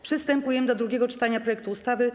Przystępujemy do drugiego czytania projektu ustawy.